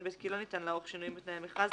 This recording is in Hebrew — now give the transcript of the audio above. (ב) כי לא ניתן לערוך שינויים בתנאי המכרז,